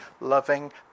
loving